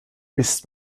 ist